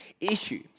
issue